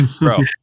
bro